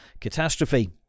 catastrophe